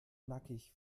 nackig